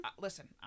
listen